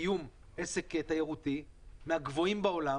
לקיום עסק תיירותי מהגבוהים בעולם.